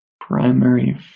Primary